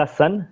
sun